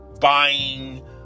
buying